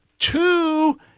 two